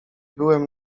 byłem